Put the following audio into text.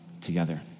together